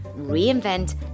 reinvent